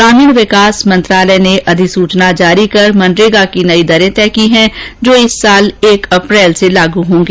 ग्रामीण विकास मंत्रालय ने अधिसूचना जारी कर मनरेगा की नई दरें तय की है जो इस साल एक अप्रैल से लागू होगी